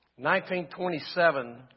1927